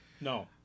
No